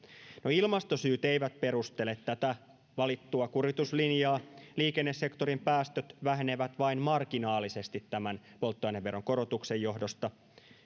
ilmastosyyt eivät perustele tätä valittua kurituslinjaa liikennesektorin päästöt vähenevät vain marginaalisesti tämän polttoaineveron korotuksen johdosta